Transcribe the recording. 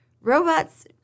Robots